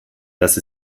das